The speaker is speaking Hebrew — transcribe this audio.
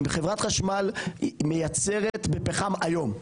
חברת חשמל מייצרת בפחם היום.